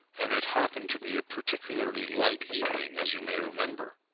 and it happened to be a particularly light evening, as you may remember.